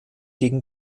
gegen